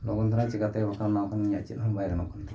ᱞᱚᱜᱚᱱ ᱫᱷᱟᱨᱟ ᱪᱤᱠᱟᱹᱛᱮ ᱵᱟᱠᱷᱟᱱ ᱚᱱᱟ ᱵᱟᱠᱷᱟᱱ ᱪᱮᱫ ᱦᱚᱸ ᱵᱟᱭ ᱜᱟᱱᱚᱜ ᱠᱟᱱ ᱛᱤᱧᱟᱹ ᱠᱟᱹᱢᱤ